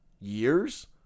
years